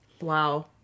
Wow